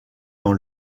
dans